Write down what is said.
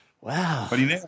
Wow